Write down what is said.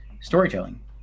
storytelling